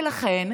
ולכן,